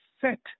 set